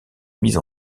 mise